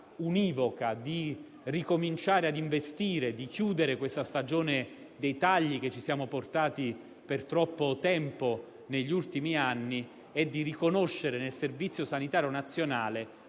univoca di ricominciare ad investire, di chiudere la stagione dei tagli che ci siamo portati per troppo tempo negli ultimi anni e di riconoscere nel Servizio sanitario nazionale